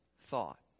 thought